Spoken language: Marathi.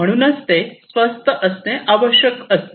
म्हणूनच ते स्वस्त असणे आवश्यक असते